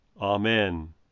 Amen